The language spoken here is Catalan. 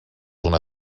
una